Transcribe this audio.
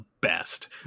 best